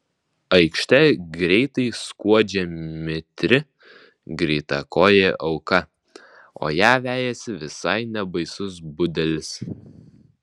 aikšte greitai skuodžia mitri greitakojė auka o ją vejasi visai nebaisus budelis